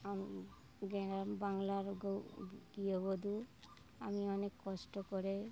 আমি গ্রাম বাংলার গৃহবধূ আমি অনেক কষ্ট করে